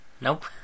Nope